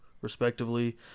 respectively